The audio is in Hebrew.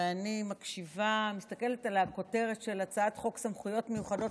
ואני מסתכלת על הכותרת של הצעת חוק סמכויות מיוחדות